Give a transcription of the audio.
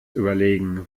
überlegen